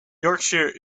yorkshire